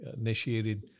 initiated